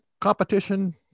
competition